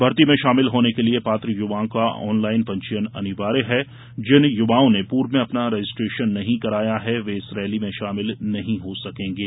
भर्ती में शामिल होने के लिए पात्र युवाओ का ऑनलाइन पंजीयन अनिवार्य है जिन युवाओ ने पूर्व में अपना रजिस्टेशन नही कराया है वे इस रैली में शामिल नही हो सकेगे